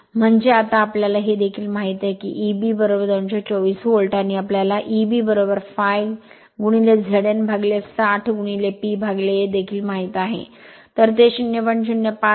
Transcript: म्हणजे आता आपल्याला हे देखील माहित आहे की एबी 224 व्होल्ट आणि आपल्याला एबी ∅ zn 60 PA देखील माहित आहे